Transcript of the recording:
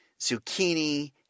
zucchini